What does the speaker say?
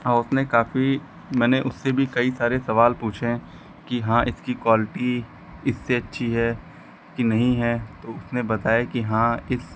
और उसमें काफी मैंने उससे भी कई सारे सवाल पूछें कि हाँ इसकी क्वालिटी इससे अच्छी है कि नहीं है तो उसने बताया कि हाँ इस